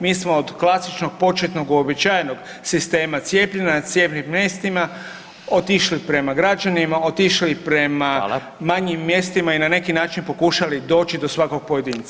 Mi smo od klasičnog početnog uobičajenog sistema cijepljenja na cijepnim mjestima otišli prema građanima, otišli prema manjim mjestima i na neki način pokušali doći do svakog pojedinca.